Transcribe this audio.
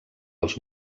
els